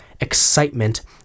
excitement